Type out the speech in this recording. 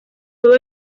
todo